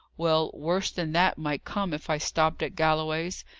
well, worse than that might come, if i stopped at galloway's.